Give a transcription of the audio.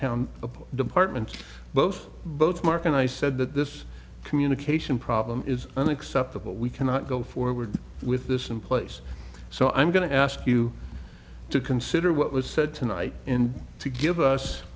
town departments both both mark and i said that this communication problem is unacceptable we cannot go forward with this in place so i'm going to ask you to consider what was said tonight and to give us